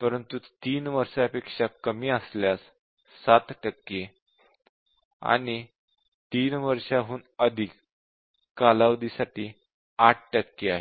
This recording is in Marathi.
परंतु 3 वर्षांपेक्षा कमी असल्यास 7 टक्के आणि 3 वर्षाहून अधिक कालावधीसाठी 8 टक्के आहे